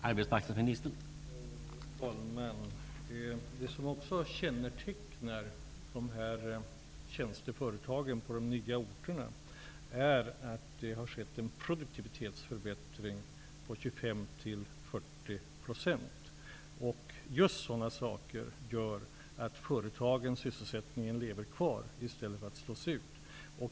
Herr talman! Det som kännetecknar dessa tjänsteföretag på de nya orterna är att det har skett en produktivitetsförbättring på 25--40 %. Just sådana saker gör att företagen och sysselsättningen finns kvar i stället för att slås ut.